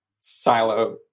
silo